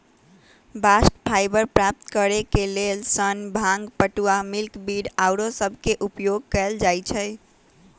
bast fibre प्राप्त करेके लेल सन, भांग, पटूआ, मिल्कवीड आउरो सभके उपयोग कएल जाइ छइ